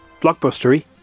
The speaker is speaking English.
blockbustery